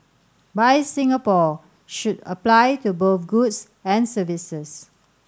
buy Singapore should apply to both goods and services